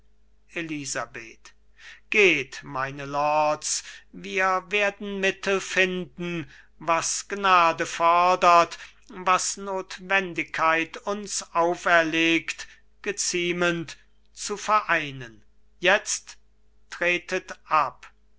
elisabeth geht meine lords wir werden mittel finden was gnade fordert was notwendigkeit uns auferlegt geziemend zu vereinen jetzt tretet ab